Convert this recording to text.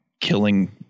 killing